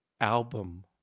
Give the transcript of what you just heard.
album